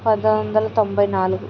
పంతొమ్మిదొందల తొంభై నాలుగు